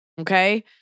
okay